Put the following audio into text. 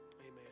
amen